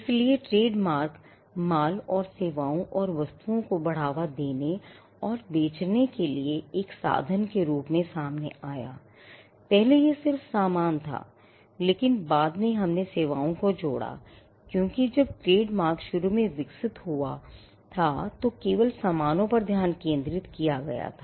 इसलिए ट्रेडमार्क माल और सेवाओं और वस्तुओं को बढ़ावा देने और बेचने के लिए एक साधन के रूप में सामने आया पहले यह सिर्फ सामान था लेकिन बाद में हमने सेवाओं को जोड़ा क्योंकि जब ट्रेडमार्क शुरू में विकसित हुआ था तो केवल सामानों पर ध्यान केंद्रित किया गया था